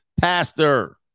pastor